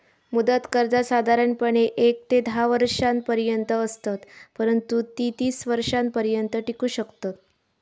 मुदत कर्जा साधारणपणे येक ते धा वर्षांपर्यंत असत, परंतु ती तीस वर्षांपर्यंत टिकू शकतत